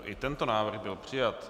I tento návrh byl přijat.